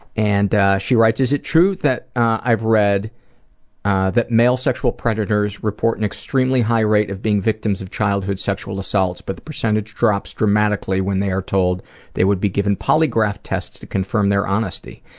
and she writes, is it true that i've read that male sexual predators report an extremely high rate of being victims of childhood sexual assaults but the percentage drops dramatically when they are told will be given polygraph tests to confirm their honesty.